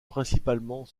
principalement